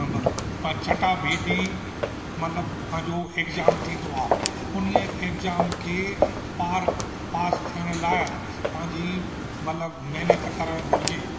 चटाभेटी मतलबु पंहिंजो एग्जाम थींदो आहे उन्हीअ एग्जाम खे पार पास थियण लाइ हुनजी मतलबु महिनत करणु घुरिजे